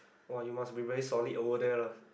!wah! you must be very solid over there lah